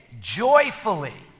joyfully